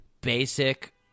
Basic